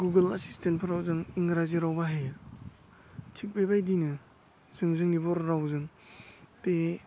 Google एसिसटेन्टफोराव जों इंराजि राव बाहायो थिक बेबायदिनो जों जोंनि बर' रावजों बे